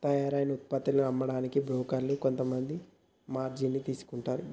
తయ్యారైన వుత్పత్తులను అమ్మడానికి బోకర్లు కొంత మార్జిన్ ని తీసుకుంటారు